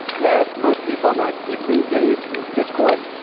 yes. most people not deeply engaged in the discourse.